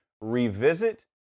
revisit